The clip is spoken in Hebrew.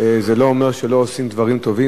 זה לא אומר שלא עושים דברים טובים,